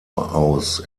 aus